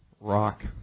rock